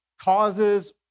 causes